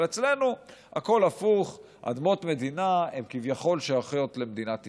אבל אצלנו הכול הפוך: אדמות מדינה כביכול שייכות למדינת ישראל,